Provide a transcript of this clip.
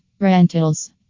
Rentals